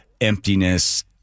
emptiness